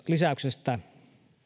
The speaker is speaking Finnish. lisäyksestä